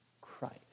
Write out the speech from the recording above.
Christ